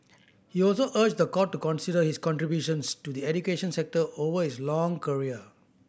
he also urged the court to consider his contributions to the education sector over his long career